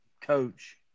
coach